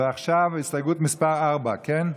ועכשיו, הסתייגות מס' 4, כן?